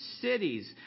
cities